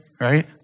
Right